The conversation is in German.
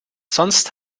sonst